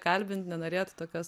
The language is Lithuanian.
kalbint nenorėjot tokios